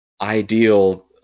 ideal